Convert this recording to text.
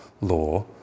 law